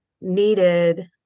needed